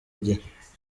gihe